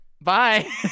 Bye